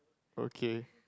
okay